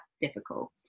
difficult